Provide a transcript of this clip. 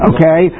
Okay